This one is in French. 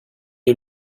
est